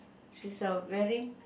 she's a wearing